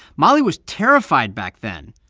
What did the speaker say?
molly was terrified back then,